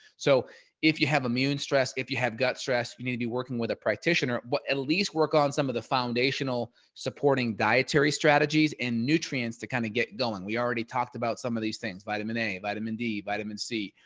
so if you have immune stress, if you have gut stress, you need to be working with a practitioner, but at least work on some of the foundational supporting dietary strategies and nutrients to kind of get going. we already talked about some of these things, vitamin a, vitamin d, vitamin c,